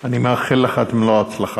אני מאחל לך את מלוא ההצלחה.